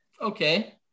Okay